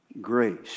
grace